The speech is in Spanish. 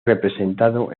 representado